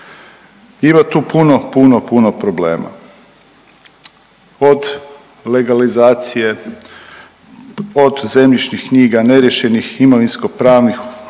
Ima tu puno, puno problema. Od legalizacije, od zemljišnih knjiga, neriješenih imovinsko-pravnih